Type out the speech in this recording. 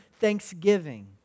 thanksgiving